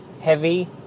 heavy